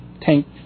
tank